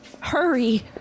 hurry